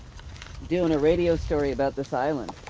doing a radio story about this island.